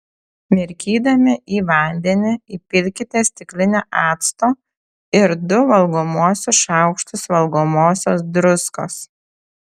mirkydami į vandenį įpilkite stiklinę acto ir du valgomuosius šaukštus valgomosios druskos